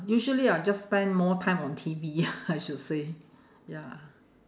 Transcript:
usually I'll just spend more time on T_V I should say ya